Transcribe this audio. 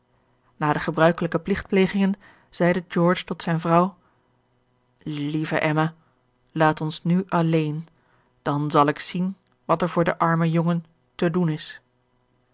na de gebruikelijke pligtplegingen zeide george tot zijne vrouw lieve emma laat ons nu alleen dan zal ik zien wat er voor den armen jongen te doen is